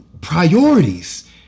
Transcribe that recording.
priorities